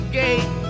gate